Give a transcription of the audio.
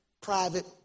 private